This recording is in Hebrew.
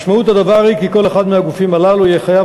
משמעות הדבר היא כי כל אחד מהגופים הללו יהיה חייב